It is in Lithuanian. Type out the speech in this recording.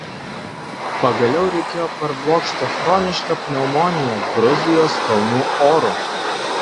pagaliau reikėjo parblokšti chronišką pneumoniją gruzijos kalnų oru